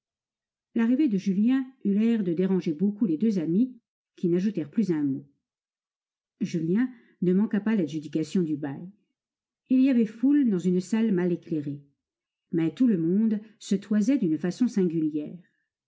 l'arrivée de julien eut l'air de déranger beaucoup les deux amis qui n'ajoutèrent plus un mot julien né manqua pas l'adjudication du bail il y avait foule dans une salle mal éclairée mais tout le monde se toisait d'une façon singulière